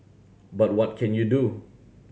but what can you do